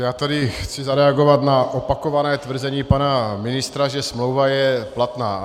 Já tady chci zareagovat na opakované tvrzení pana ministra, že smlouva je platná.